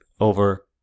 over